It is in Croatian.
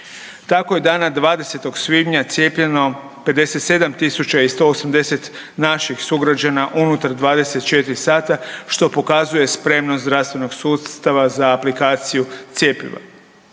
Tako je dana 20. svibnja cijepljeno 57 180 naših sugrađana unutar 14 sata, što pokazuje spremnost zdravstvenog sustava za aplikaciju cjepiva.